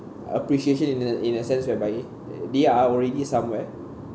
appreciation in a in a sense whereby uh they are already somewhere